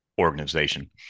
organization